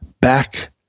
back